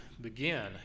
begin